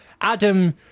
Adam